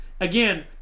again